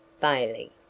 Bailey